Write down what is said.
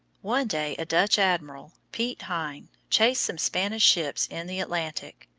one day a dutch admiral, piet hein, chased some spanish ships in the atlantic.